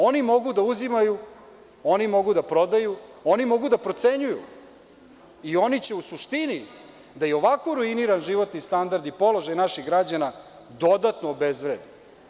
Oni mogu da uzimaju, oni mogu da prodaju, oni mogu da procenjuju i oni će u suštini da i ovako ruiniran životni standard i položaj naših građana dodatno obezvrede.